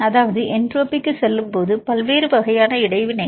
அதாவது நீங்கள் என்ட்ரோபிக்குச் செல்லும்போது பல்வேறு வகையான இடைவினைகள்